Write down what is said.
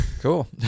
cool